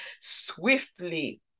swiftly